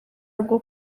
rwo